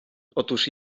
otóż